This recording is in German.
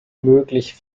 möglich